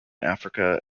africa